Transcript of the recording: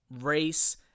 race